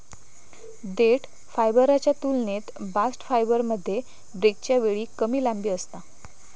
देठ फायबरच्या तुलनेत बास्ट फायबरमध्ये ब्रेकच्या वेळी कमी लांबी असता